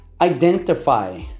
identify